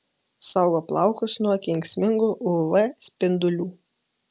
saugo plaukus nuo kenksmingų uv spindulių